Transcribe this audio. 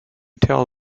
tell